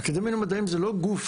האקדמיה למדעים זה לא גוף